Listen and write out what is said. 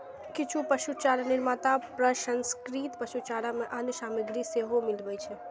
किछु पशुचारा निर्माता प्रसंस्कृत पशुचारा मे अन्य सामग्री सेहो मिलबै छै